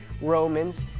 Romans